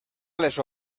les